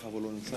הוא לא נמצא.